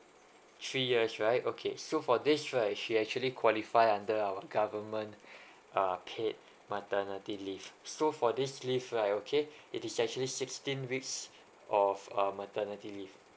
three years right okay so for this right she actually qualify under our government uh kid maternity leave so for this leave right okay It is actually sixteen weeks of uh maternity leave